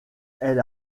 elle